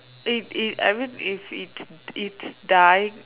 if if I mean if it's it's dying